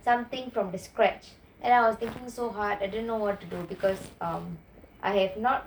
something from the scratch and I was thinking so hard I didn't know what to do because um I have not